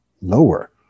lower